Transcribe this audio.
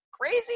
crazy